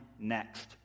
next